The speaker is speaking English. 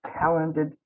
talented